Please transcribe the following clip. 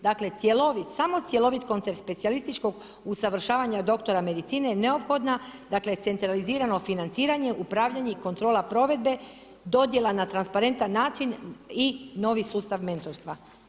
Dakle, cjelovit samo cjelovit koncept specijalističkog usavršavanja doktora medicine je neophodna, dakle, centralizirano financiranje, upravljanje i kontrola provedbe, dodjela na transparentan načina i novi sustav mentorstva.